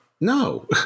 No